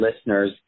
listeners